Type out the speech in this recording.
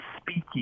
speaking